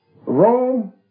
Rome